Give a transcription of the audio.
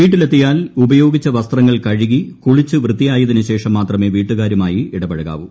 വീട്ടിലെത്തിയാൽ ഉപയോഗിച്ച വസ്ത്രങ്ങൾ കഴുകി കുളിച്ച് വൃത്തിയായതിനു ശേഷം മാത്രമേ വീട്ടുകാരുമായി ഇടപഴകാവൂ